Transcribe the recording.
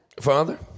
father